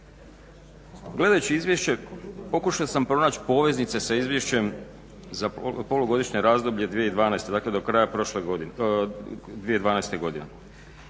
Gledajući izvješće pokušao sam pronaći poveznice sa izvješćem za polugodišnje razdoblje 2012., dakle